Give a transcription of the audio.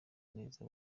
neza